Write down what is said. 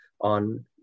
on